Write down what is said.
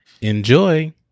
Enjoy